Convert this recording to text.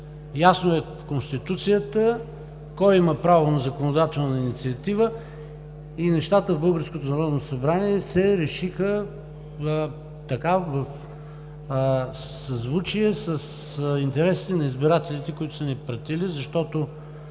Ясно е в Конституцията кой има право на законодателна инициатива и нещата в българското Народно събрание се решиха така, в съзвучие с интересите на избирателите, които са ни пратили, защото